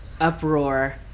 uproar